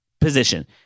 position